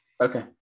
Okay